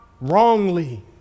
wrongly